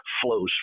flows